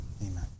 amen